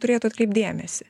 turėtų atkreipt dėmesį